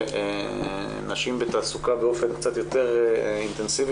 ונשים בתעסוקה באופן קצת יותר אינטנסיבי